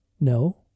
No